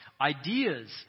ideas